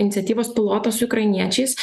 iniciatyvos pilotą su ukrainiečiais